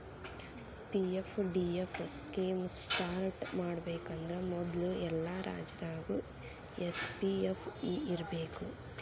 PFDF scheme start ಮಾಡಬೇಕಂದ್ರ ಮೊದ್ಲು ಎಲ್ಲಾ ರಾಜ್ಯದಾಗು ಎಸ್.ಪಿ.ಎಫ್.ಇ ಇರ್ಬೇಕು